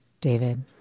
David